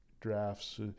drafts